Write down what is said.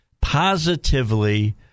positively